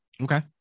Okay